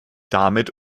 damit